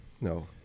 No